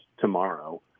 tomorrow